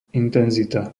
intenzita